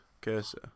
cursor